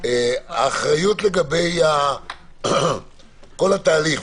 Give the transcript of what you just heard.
האחריות לגבי כל התהליך,